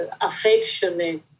affectionate